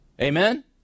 Amen